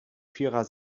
vierer